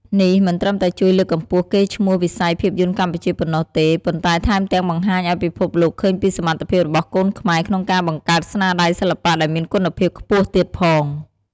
នេះមិនត្រឹមតែជួយលើកកម្ពស់កេរ្តិ៍ឈ្មោះវិស័យភាពយន្តកម្ពុជាប៉ុណ្ណោះទេ ប៉ុន្តែថែមទាំងបង្ហាញឱ្យពិភពលោកឃើញពីសមត្ថភាពរបស់កូនខ្មែរក្នុងការបង្កើតស្នាដៃសិល្បៈដែលមានគុណភាពខ្ពស់ទៀតផង។